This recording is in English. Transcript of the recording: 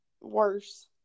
worse